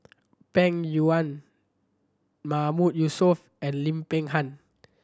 Peng Yuyun Mahmood Yusof and Lim Peng Han